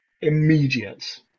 immediate